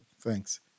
Thanks